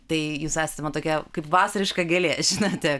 tai jūs esate man tokia kaip vasariška gėlė žinote